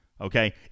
Okay